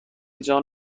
جان